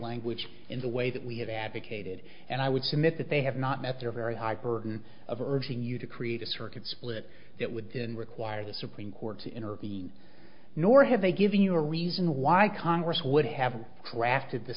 language in the way that we have advocated and i would submit that they have not met their very hyper can of urging you to create a circuit split that would require the supreme court to intervene nor have they given you a reason why congress would have crafted the